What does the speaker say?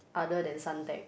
other than Suntec